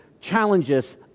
challenges